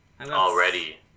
Already